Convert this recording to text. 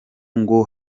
ngo